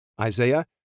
Isaiah